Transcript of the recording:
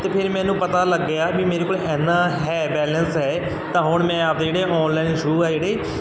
ਤਾਂ ਫਿਰ ਮੈਨੂੰ ਪਤਾ ਲੱਗਿਆ ਵੀ ਮੇਰੇ ਕੋਲ ਇੰਨਾ ਹੈ ਬੈਲੈਂਸ ਹੈ ਤਾਂ ਹੁਣ ਮੈਂ ਆਪਦੇ ਜਿਹੜੇ ਔਨਲਾਈਨ ਸ਼ੂਅ ਆ ਜਿਹੜੇ